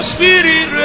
Spirit